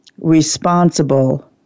responsible